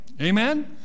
Amen